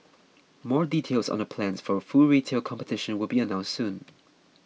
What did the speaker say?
more details on the plans for full retail competition will be announced soon